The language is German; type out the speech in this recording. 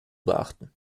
beachten